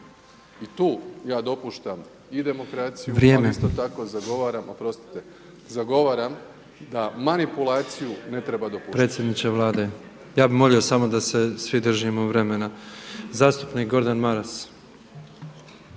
I tu ja dopuštam i demokraciju, ali isto tako zagovaram …… /Upadica predsjednik: Vrijeme./… Zagovaram da manipulaciju ne treba dopuštati.